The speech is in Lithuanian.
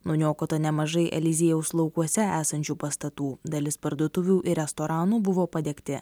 nuniokota nemažai eliziejaus laukuose esančių pastatų dalis parduotuvių ir restoranų buvo padegti